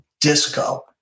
disco